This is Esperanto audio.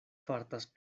fartas